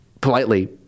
politely